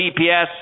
GPS